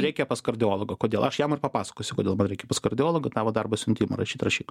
reikia pas kardiologą kodėl aš jam ir papasakosiu kodėl man reikia pas kardiologą tavo darbas siuntimą rašyt rašyk